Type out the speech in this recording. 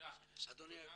תודה.